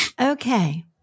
Okay